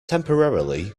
temporarily